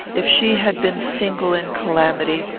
if she had been single in calamity,